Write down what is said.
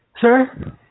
Sir